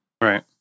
Right